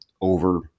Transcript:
over